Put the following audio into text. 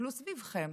תסתכלו סביבכם